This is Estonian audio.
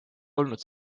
olnud